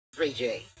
3J